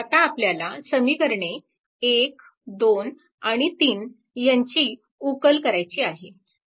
आता आपल्याला समीकरणे 1 2 आणि 3 यांची उकल करायची आहे